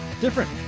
different